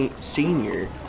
senior